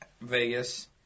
Vegas